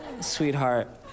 sweetheart